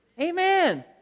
Amen